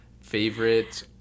favorite